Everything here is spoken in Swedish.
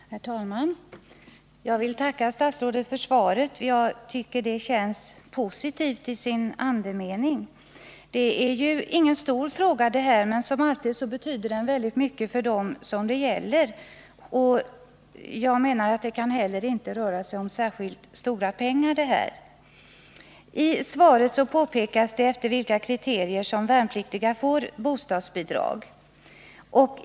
Herr talman! Jag vill tacka statsrådet för svaret, som jag tycker verkar positivt till sin andemening. Det är ju ingen stor fråga, men som alltid betyder den mycket för dem som det gäller. Det kan väl inte heller röra sig om särskilt mycket pengar. I svaret redogörs för efter vilka kriterier de värnpliktiga får bostadsbidrag.